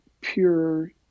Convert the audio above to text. pure